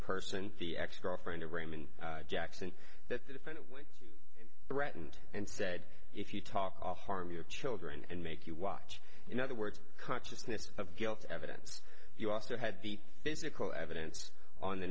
person the ex girlfriend of raymond jackson that the defendant threatened and said if you talk to harm your children and make you watch in other words consciousness of guilt evidence you also had the physical evidence on the